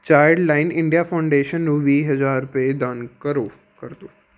child line India Foundation ਨੂੰ ਵੀਹ ਹਜ਼ਾਰ ਰੁਪਏ ਦਾਨ ਕਰੋ ਕਰ ਦਿਓ